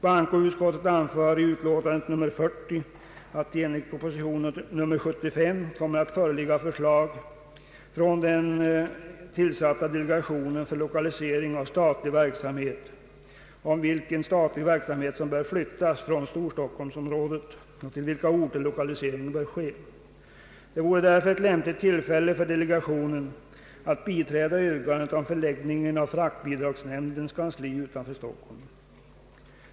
Bankoutskottet anför i utlåtandet nr 40 att det enligt propositionen nr 75 kommer att föreligga förslag från den tillsatta delegationen för lokalisering av statlig verksamhet om vilken statlig verksamhet som bör flyttas från Storstockholmsområdet och till vilka orter lokalisering bör ske. Det vore därför ett lämpligt tillfälle för delegationen att biträda yrkandet om förläggning av fraktbidragsnämndens kansli utanför Stockholm.